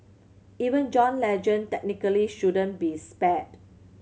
even John Legend technically shouldn't be spared